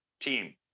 team